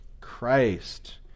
Christ